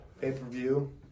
pay-per-view